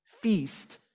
feast